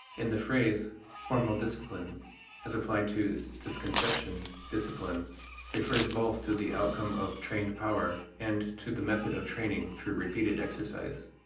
in the phrase formal discipline as applied to this conception, discipline refers both to the outcome of trained power and to the method of training through repeated exercise.